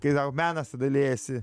kai tau menas tada liejasi